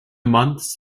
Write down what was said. months